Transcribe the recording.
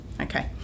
okay